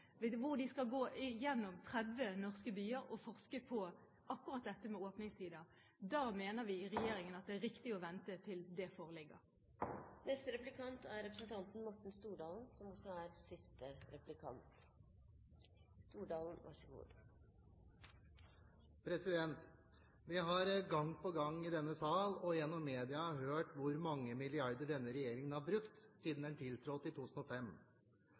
hvor de skal gå igjennom 30 norske byer og forske på akkurat dette med åpningstider. Da mener vi i regjeringen at det er riktig å vente til det foreligger. Vi har gang på gang i denne sal og gjennom media hørt hvor mange milliarder denne regjeringen har brukt siden den tiltrådte i 2005.